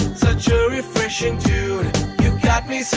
such a refreshing tune. you got me so